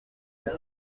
fît